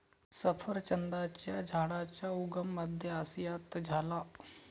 सफरचंदाच्या झाडाचा उगम मध्य आशियात झाला